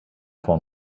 von